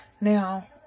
Now